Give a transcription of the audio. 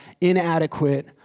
inadequate